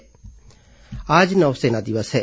नौसेना दिवस आज नौसेना दिवस है